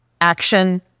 Action